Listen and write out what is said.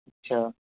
اچھا